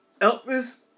Elvis